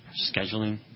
scheduling